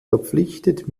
verpflichtet